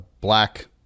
black